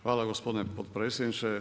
Hvala gospodin potpredsjedniče.